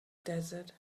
desert